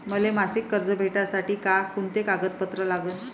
मले मासिक कर्ज भेटासाठी का कुंते कागदपत्र लागन?